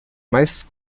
mais